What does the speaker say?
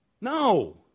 No